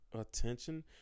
attention